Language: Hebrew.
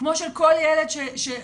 כמו של כל ילד שנפגע.